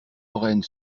lorraine